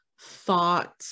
thought